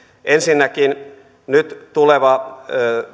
ensinnäkin nyt tuleva